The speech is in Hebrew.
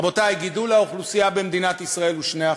רבותי, גידול האוכלוסייה במדינת ישראל הוא 2%,